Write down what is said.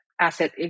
asset